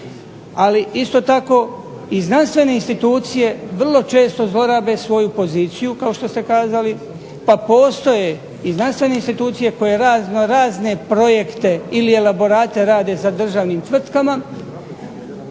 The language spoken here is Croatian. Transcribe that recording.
Ali isto tako i znanstvene institucije vrlo često zlorabe svoju poziciju kao što ste kazali, pa postoje i znanstvene institucije koje raznorazne projekte ili elaborate rade za državnim tvrtkama,